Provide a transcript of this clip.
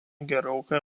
gerokai